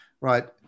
right